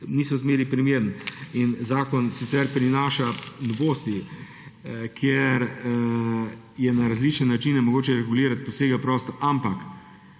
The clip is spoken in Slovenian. niso zmeraj primerni. Zakon sicer prinaša novosti, kjer je na različne načine mogoče regulirati posege v prostor, ampak